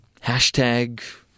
Hashtag